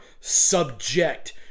subject